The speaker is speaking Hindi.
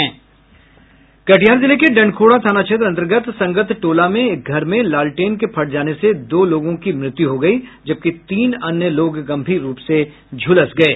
कटिहार जिले के डंडखोरा थाना क्षेत्र अंतर्गत संगत टोला में एक घर में लालटेन के फट जाने से दो लोगों की मृत्यु हो गयी जबकि तीन अन्य गंभीर रूप से झुलस गये